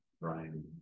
Brian